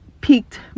peaked